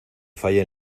fallen